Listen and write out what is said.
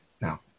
now